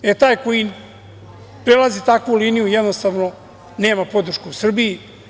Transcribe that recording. E, taj koji prelazi takvu liniju jednostavno nema podršku u Srbiji.